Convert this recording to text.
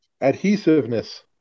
Adhesiveness